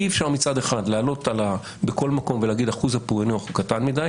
אי אפשר מצד אחד בכל מקום לומר שאחוז הפענוח הוא קטן מדי